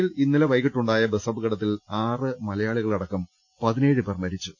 ദുബായിൽ ഇന്നലെ വൈകീട്ടുണ്ടായ ബസ്സപകടത്തിൽ ആറ് മല യാളികളടക്കം പതിനേഴ് പേർ മരിച്ചു